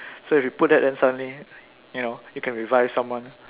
so if you put that then suddenly you know you can revive someone